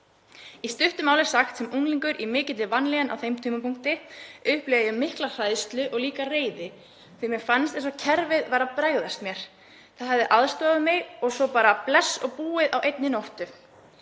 Í stuttu máli sagt sem unglingur í mikilli vanlíðan á þeim tímapunkti upplifði ég mikla hræðslu og líka reiði því mér fannst eins og kerfið væri að bregðast mér, það hafði aðstoðað mig, og svo bara bless og búið á einni nóttu.